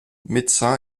médecin